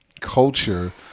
culture